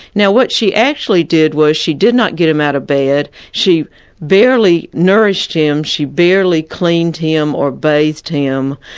now what she actually did, was she did not get him out of bed, she barely nourished him, she barely cleaned him or bathed him,